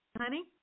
honey